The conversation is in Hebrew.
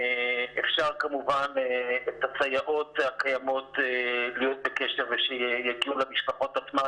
אפשר כמובן להיות בקשר עם הסייעות הקיימות ושיגיעו למשפחות עצמן,